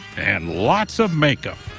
and lots of makeup.